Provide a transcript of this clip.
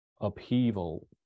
Upheaval